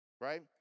right